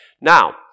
Now